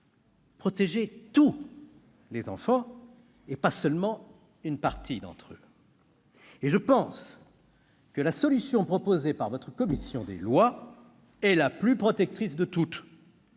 protéger tous les enfants, et pas seulement une partie d'entre eux. Et je pense que la solution proposée par la commission des lois est la plus protectrice de toutes.